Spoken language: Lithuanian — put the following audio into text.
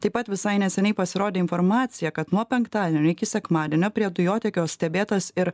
taip pat visai neseniai pasirodė informacija kad nuo penktadienio iki sekmadienio prie dujotiekio stebėtas ir